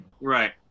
right